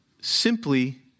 simply